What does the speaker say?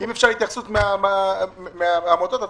אם אפשר התייחסות מהעמותות עצמן,